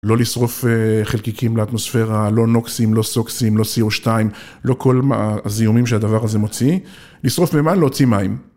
לא לשרוף חלקיקים לאטמוספירה, לא נוקסים (NOX), לא סוקסים (SOX), לא CO2, לא כל הזיהומים שהדבר הזה מוציא, לשרוף מימן, להוציא מים.